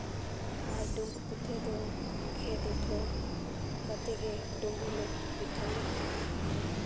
ᱟᱨ ᱰᱩᱢᱵᱩᱜ ᱯᱤᱴᱷᱟᱹ ᱫᱚ ᱠᱷᱮᱛ ᱩᱴᱷᱟᱹᱣ ᱠᱟᱛᱮ ᱜᱮ ᱰᱩᱢᱵᱩᱜ ᱞᱮ ᱯᱤᱴᱷᱟᱹᱭᱟ